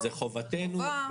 זאת אומרת,